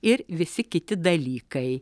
ir visi kiti dalykai